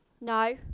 No